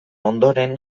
ondoren